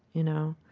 you know.